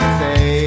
say